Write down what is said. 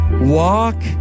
Walk